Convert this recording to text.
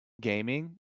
gaming